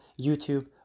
YouTube